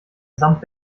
samt